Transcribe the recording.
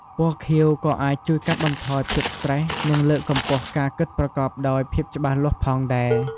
ពណ៌ខៀវក៏អាចជួយកាត់បន្ថយភាពស្ត្រេស និងលើកកម្ពស់ការគិតប្រកបដោយភាពច្បាស់លាស់ផងដែរ។